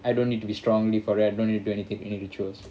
I don't need to be strongly for it I don't need to do anything individual